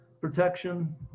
protection